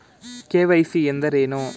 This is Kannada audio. ಕೆ.ವೈ.ಸಿ ಎಂದರೇನು?